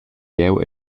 jeu